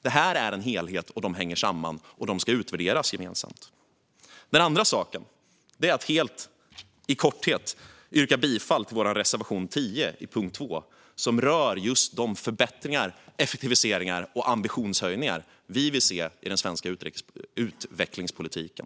Det är en helhet som hänger samman, och de ska utvärderas gemensamt. Det andra är att jag helt kort yrkar bifall till vår reservation 10 under punkt 2, som rör just de förbättringar, effektiviseringar och ambitionshöjningar vi vill se i den svenska utvecklingspolitiken.